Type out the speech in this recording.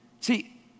See